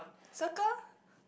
circle